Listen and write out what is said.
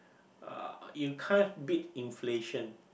uh you can't beat inflation